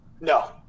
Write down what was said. No